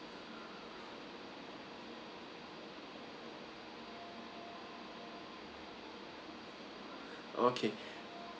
okay